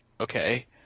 okay